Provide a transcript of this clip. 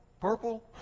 purple